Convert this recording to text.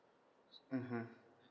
mmhmm